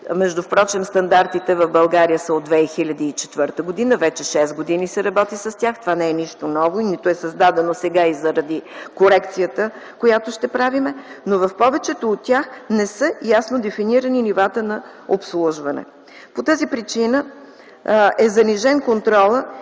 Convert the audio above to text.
Впрочем стандартите в България са от 2004 г., вече шест години се работи с тях. Това не е нещо ново, нито е създадено сега и заради корекцията, която ще правим, но в повечето от тях не са ясно дефинирани нивата на обслужване. По тази причина е занижен контролът